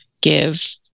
give